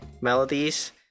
melodies